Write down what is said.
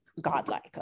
godlike